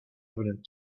evident